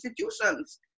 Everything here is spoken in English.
institutions